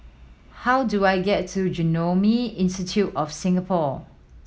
how do I get to Genome Institute of Singapore